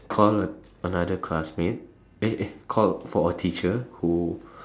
call another classmate eh eh call for a teacher who